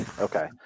Okay